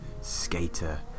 skater